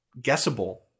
guessable